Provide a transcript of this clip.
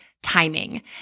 timing